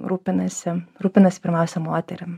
rūpinasi rūpinasi pirmiausia moterim